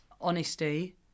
honesty